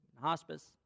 hospice